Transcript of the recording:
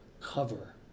cover